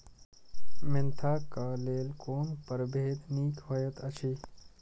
Mentha क लेल कोन परभेद निक होयत अछि?